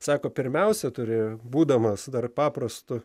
sako pirmiausia turi būdamas dar paprastu